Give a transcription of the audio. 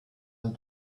and